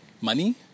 Money